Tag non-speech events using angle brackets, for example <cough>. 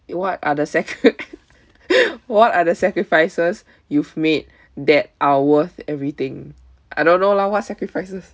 eh what are the sac~ <laughs> what other sacrifices you've made that are worth everything I don't know lah what sacrifices